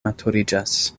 maturiĝas